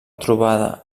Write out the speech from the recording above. trobada